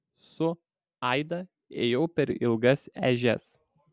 su aida ėjau per ilgas ežias